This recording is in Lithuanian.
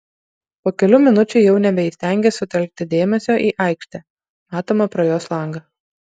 po kelių minučių jau nebeįstengė sutelkti dėmesio į aikštę matomą pro jos langą